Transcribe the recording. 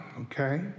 Okay